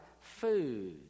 food